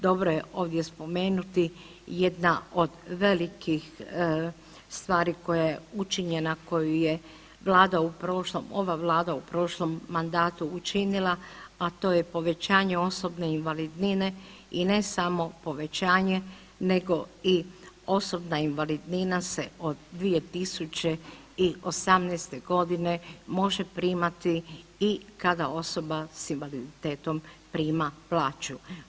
Dobro je ovdje spomenuti jedna od velikih stvari koja je učinjena, koju je vlada u prošlom, ova vlada u prošlom mandatu učinila, a to je povećanje osobne invalidnine i ne samo povećanje nego i osobna invalidnina se od 2018.g. može primati i kada osoba s invaliditetom prima plaću.